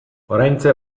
oraintxe